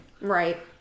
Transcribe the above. Right